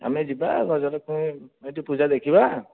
ଆମେ ଯିବା ଗଜଲକ୍ଷ୍ମୀ ସେଠି ପୂଜା ଦେଖିବା